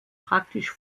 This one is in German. praktisch